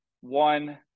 one